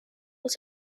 was